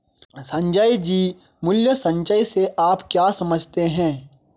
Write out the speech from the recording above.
संजय जी, मूल्य संचय से आप क्या समझते हैं?